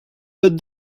but